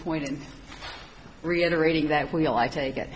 point in reiterating that we'll i take it